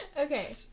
Okay